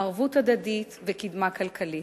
ערבות הדדית וקידמה כלכלית,